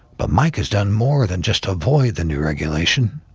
but mike has done more than just to avoid the new regulation.